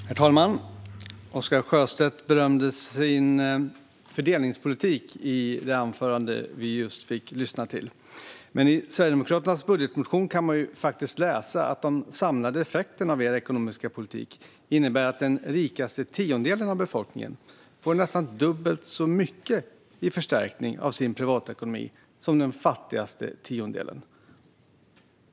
Herr talman! Oscar Sjöstedt berömde Sverigedemokraternas fördelningspolitik i det anförande vi just lyssnat till. Men i Sverigedemokraternas budgetmotion kan man faktiskt läsa att de samlade effekterna av er ekonomiska politik innebär att den rikaste tiondelen av befolkningen får en nästan dubbelt så stor förstärkning av sin privatekonomi som den fattigaste tiondelen.